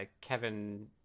Kevin